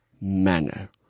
manner